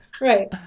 right